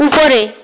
উপরে